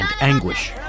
anguish